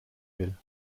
will